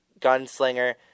gunslinger